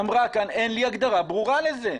אין לי הגדרה ברורה לזה.